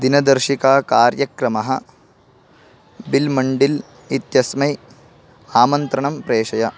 दिनदर्शिकाकार्यक्रमः Bill Mandel इत्यस्मै आमन्त्रणं प्रेषय